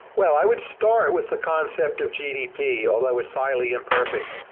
well, i would start with the concept of gdp, although it's highly imperfect.